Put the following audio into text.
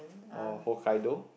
or Hokkaido